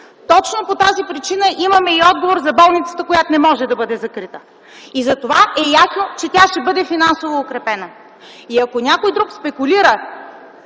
Точно по тази причина имаме и отговор за болницата, която не може да бъде закрита. И затова е ясно, че тя ще бъде финансово укрепена. И ако някой друг спекулира